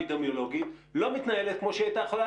האפידמיולוגית לא מתנהלת כמו שהיא הייתה יכולה